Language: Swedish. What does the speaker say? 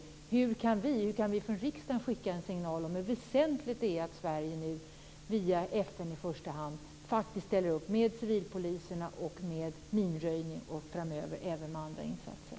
Hur kan vi från riksdagen skicka en signal? Hur väsentligt är det att Sverige nu via i första hand FN ställer upp med civilpoliser, minröjning och framöver även med andra insatser?